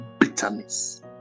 bitterness